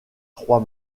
trois